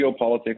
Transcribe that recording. geopolitics